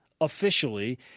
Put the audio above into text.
officially